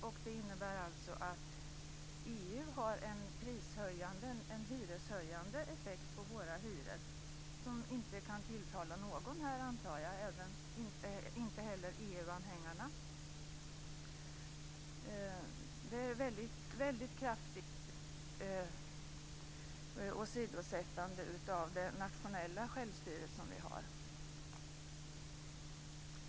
Det innebär att EU har en prishöjande effekt på våra hyror som inte kan tilltala någon här - inte heller EU-anhängarna. Det är ett kraftigt åsidosättande av vårt nationella självstyre.